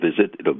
visit